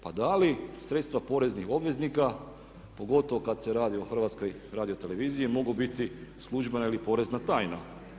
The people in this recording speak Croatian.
Pa da li sredstva poreznih obveznika pogotovo kad se radi o HRT-u mogu biti službena ili porezna tajna.